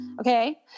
okay